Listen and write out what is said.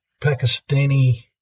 Pakistani